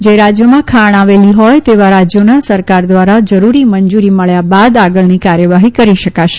જે રાજ્યોમાં ખાણ આવેલી હોય તેવા રાજ્યોના સરકાર ધ્વારા જરૂરી મંજુરી મળ્યા બાદ આગળની કાર્યવાહી કરી શકાશે